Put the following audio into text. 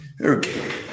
Okay